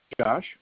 Josh